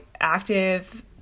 active